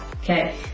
Okay